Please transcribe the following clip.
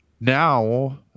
now